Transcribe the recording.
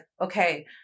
okay